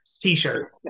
T-shirt